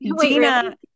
Dina